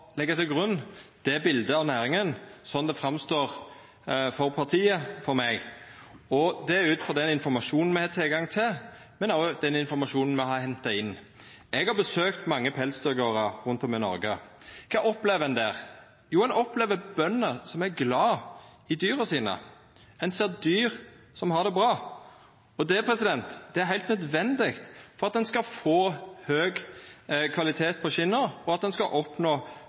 til grunn det biletet av næringa slik det kjem fram for partiet – og det ut frå den informasjonen me har tilgang til, og også den informasjonen me har henta inn. Eg har besøkt mange pelsdyrgardar rundt om i Noreg. Kva opplever ein der? Jo, ein opplever bønder som er glade i dyra sine, ein ser dyr som har det bra. Og det er heilt nødvendig for at ein skal få høg kvalitet på skinna, for at ein skal oppnå